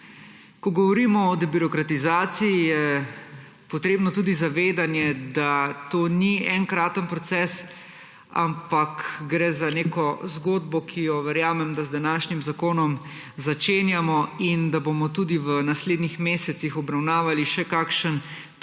Ko govorimo o debirokratizaciji, je potrebno tudi zavedanje, da to ni enkraten proces, ampak gre za neko zgodbo, ki jo, verjamem da, z današnjim zakonom začenjamo in da bomo tudi v naslednjih mesecih obravnavali še kakšen